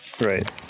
Right